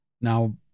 Now